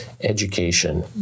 education